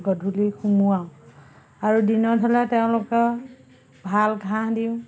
গধূলি সোমোৱাওঁ আৰু দিনত হ'লে তেওঁলোকক ভাল ঘাঁহ দিওঁ